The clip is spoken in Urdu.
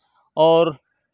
اور